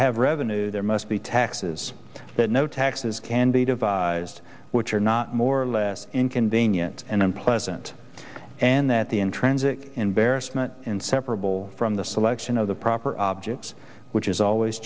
have revenue there must be taxes that no taxes can be devised which are not more or less inconvenient and unpleasant and that the in transit embarrassment inseparable from the selection of the proper objects which is always